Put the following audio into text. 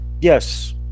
Yes